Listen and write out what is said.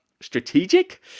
strategic